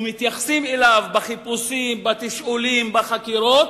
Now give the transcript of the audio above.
ומתייחסים אליו בחיפושים, בתשאולים, בחקירות,